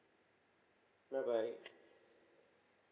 bye bye